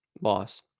Loss